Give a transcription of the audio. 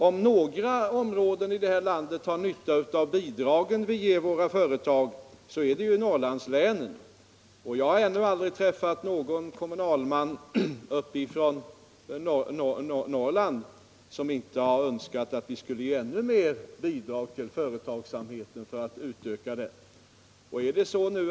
Om några områden i vårt land har nytta av de bidrag som vi ger företagen så är det ju Norrlandslänen. Jag har ännu aldrig träffat någon kommunalman från Norrland som inte har önskat att vi skulle ge ännu mer bidrag till företagsamheten för att utöka den.